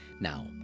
Now